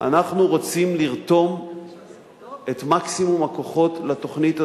אנחנו רוצים לרתום את מקסימום הכוחות לתוכנית הזאת,